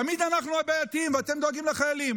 תמיד אנחנו הבעייתיים, ואתם דואגים לחיילים.